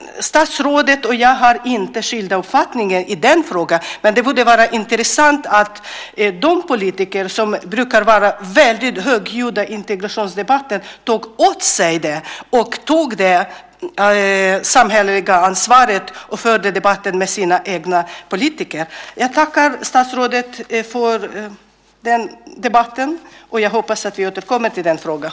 Statsrådet och jag har inte skilda uppfattningar i den frågan. Men det vore intressant om de politiker som brukar vara väldigt högljudda i integrationsdebatten tog åt sig detta och tog det samhälleliga ansvaret och förde debatten med sina egna politiker. Jag tackar statsrådet för debatten och hoppas att vi återkommer till den här frågan.